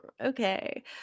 okay